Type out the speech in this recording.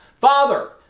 Father